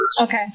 Okay